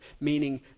meaning